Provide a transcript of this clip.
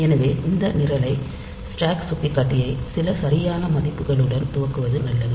எனவே இந்த நிரலை ஸ்டாக் சுட்டிக்காட்டியை சில சரியான மதிப்புகளுடன் துவக்குவது நல்லது